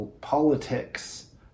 politics